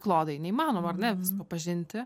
klodai neįmanoma ar ne visko pažinti